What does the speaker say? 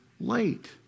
late